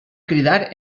cridar